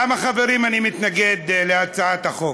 למה, חברים, אני מתנגד להצעת החוק?